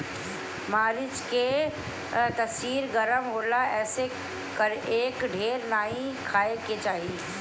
मरीच के तासीर गरम होला एसे एके ढेर नाइ खाए के चाही